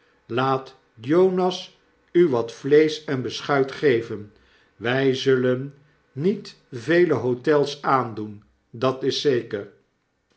laat jonas u wat vleesch en beschuit geven wy zullen nietvele hotels aandoen dat is zeker